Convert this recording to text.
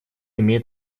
имеет